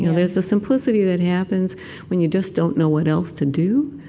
there's a simplicity that happens when you just don't know what else to do.